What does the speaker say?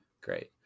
great